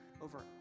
over